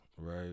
right